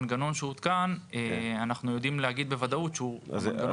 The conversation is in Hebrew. להגיד בוודאות שהמנגנון שהותקן הוא המנגנון הנכון והמתאים.